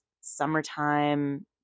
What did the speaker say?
summertime